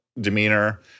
Demeanor